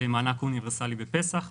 מענק אוניברסאלי בפסח,